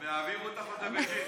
הם יעבירו אותך עוד לבייג'ינג.